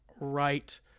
right